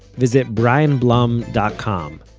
visit brianblum dot com,